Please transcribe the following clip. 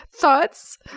thoughts